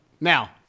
Now